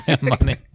money